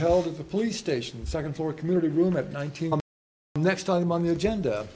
held at the police station second floor community room at nine hundred next time on the agenda